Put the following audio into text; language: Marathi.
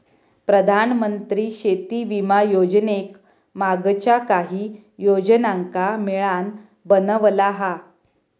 प्रधानमंत्री शेती विमा योजनेक मागच्या काहि योजनांका मिळान बनवला हा